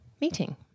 meeting